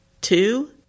two